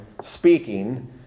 speaking